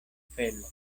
felo